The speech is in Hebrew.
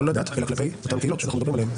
לא לדת אלא לדברים שאנחנו מדברים עליהם.